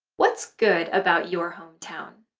what's good about your hometown?